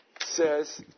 says